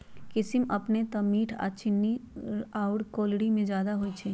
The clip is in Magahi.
किशमिश अपने तऽ मीठ आऽ चीन्नी आउर कैलोरी में बेशी होइ छइ